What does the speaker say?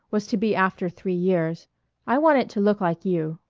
was to be after three years i want it to look like you.